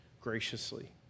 graciously